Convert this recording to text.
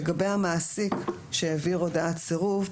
לגבי המעסיק שהעביר הודעת סירוב,